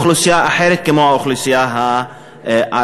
אוכלוסייה אחרת, כמו האוכלוסייה הערבית.